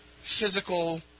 physical